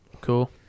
Cool